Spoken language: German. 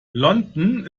london